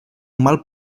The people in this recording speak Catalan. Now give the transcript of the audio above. mal